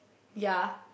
ya